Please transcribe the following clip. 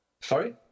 Sorry